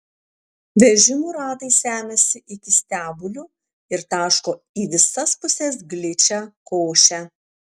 vežimų ratai semiasi iki stebulių ir taško į visas puses gličią košę